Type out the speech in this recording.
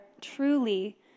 truly